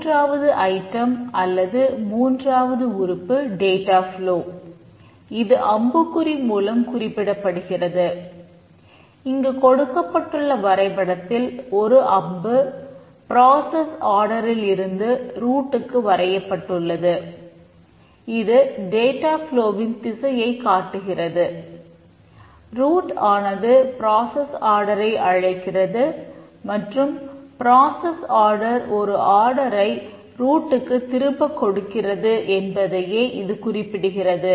மூன்றாவது ஐட்டம் அல்லது மூன்றாவது உறுப்பு டேட்டா ஃப்லோ க்கு திரும்பக் கொடுக்கிறது என்பதையே இது குறிப்பிடுகிறது